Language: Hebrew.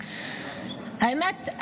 האמת,